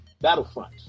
Battlefront